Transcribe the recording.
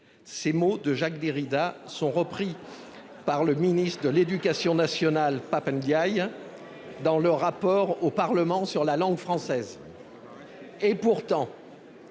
ces mots de Jacques Derrida sont repris par le ministre de l'Éducation nationale Pap Ndiaye. Dans le rapport au Parlement sur la langue française. Et pourtant.